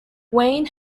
wayne